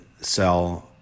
sell